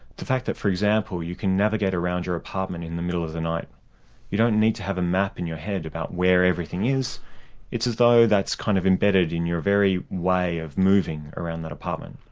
the fact that, for example, you can navigate around your apartment in the middle of the night you don't need to have a map in your head about where everything is it's as though that's kind of embedded in your very way of moving around that apartment.